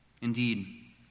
Indeed